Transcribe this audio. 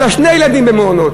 יש לה שני ילדים במעונות.